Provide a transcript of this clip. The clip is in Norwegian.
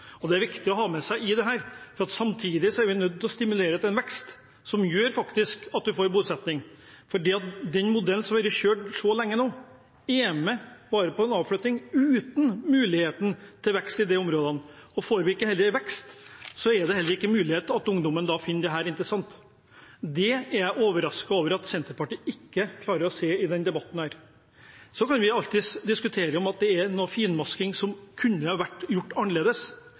Troms. Det er viktig å ha med seg i dette. Samtidig er vi nødt til å stimulere til vekst, som gjør at man får bosetting. Den modellen som har vært kjørt så lenge nå, er bare med på en fraflytting, som ikke gir muligheter til vekst i de områdene. Og får vi ikke vekst, vil heller ikke ungdommene finne dette interessant. Det er jeg overrasket over at Senterpartiet ikke klarer å se i denne debatten. Så kan vi alltids diskutere om det er noe finmasking som kunne ha vært gjort annerledes,